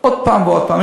עוד פעם ועוד פעם.